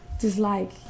dislike